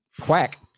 quack